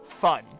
fun